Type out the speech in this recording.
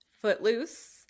Footloose